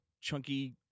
chunky